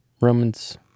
Romans